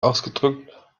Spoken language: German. ausgedrückt